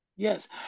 Yes